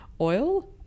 oil